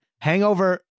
Hangover